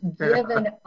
given